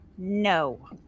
No